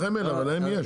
לכם אין אבל להם יש.